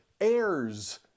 heirs